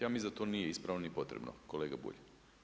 Ja mislim da to nije ispravno ni potrebno kolega Bulj.